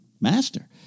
master